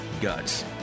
Guts